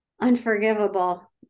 unforgivable